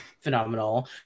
phenomenal